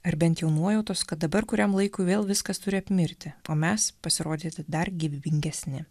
ar bent jau nuojautos kad dabar kuriam laikui vėl viskas turi apmirti o mes pasirodyti dar gyvybingesni